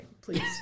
Please